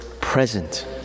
present